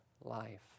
life